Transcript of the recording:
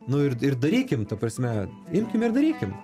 nu ir ir darykim ta prasme imkim ir darykim